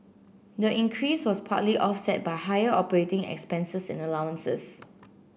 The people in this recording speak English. the increase was partly offset by higher operating expenses and allowances